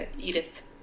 Edith